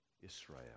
Israel